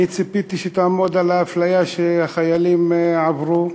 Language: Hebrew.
ואני ציפיתי שתעמוד על האפליה שהחיילים עברו,